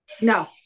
No